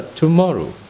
tomorrow